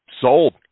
Sold